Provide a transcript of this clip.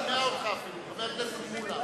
אני אפילו לא שומע אותך, חבר הכנסת מולה.